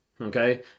Okay